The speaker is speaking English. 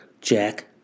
jack